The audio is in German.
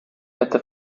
hätte